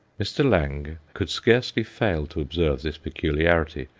mr. lange could scarcely fail to observe this peculiarity,